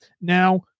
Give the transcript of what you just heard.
now